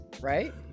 Right